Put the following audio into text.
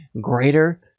greater